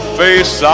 face